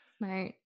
right